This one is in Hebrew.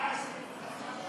125 שקלים.